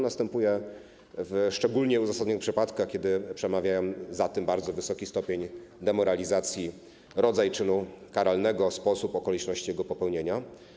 Następuje to w szczególnie uzasadnionych przypadkach, kiedy przemawia za tym bardzo wysoki stopień demoralizacji, rodzaj czynu karalnego, a także sposób i okoliczności jego popełnienia.